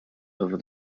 other